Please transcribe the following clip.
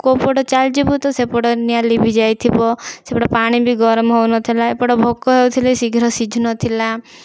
କେଉଁପଟେ ଚାଲିଯିବୁ ତ ସେପଟେ ନିଆଁ ଲିଭିଯାଇଥିବ ସେପଟେ ପାଣି ବି ଗରମ ହେଉନଥିଲା ଏପଟେ ଭୋକ ହଉଥିଲେ ଶୀଘ୍ର ସିଝୁନଥିଲା